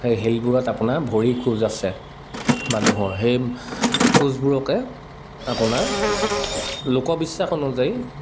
সেই শিলবোৰত আপোনাৰ ভৰিৰ খোজ আছে মানুহৰ সেই খোজবোৰকে আপোনাৰ লোকবিশ্বাস অনুযায়ী